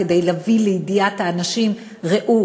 כדי להביא לידיעת האנשים: ראו,